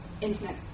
internet